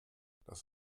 das